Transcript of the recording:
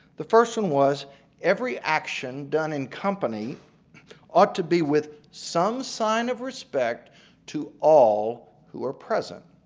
the first one was every action done in company ought to be with some sign of respect to all who are present.